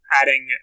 adding